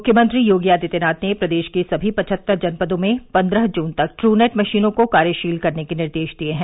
मुख्यमंत्री योगी आदित्यनाथ ने प्रदेश के सभी पचहत्तर जनपदों में पंद्रह जून तक ट्रूनेट मशीनों को कार्यशील करने के निर्देश दिए हैं